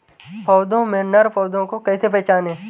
पौधों में नर पौधे को कैसे पहचानें?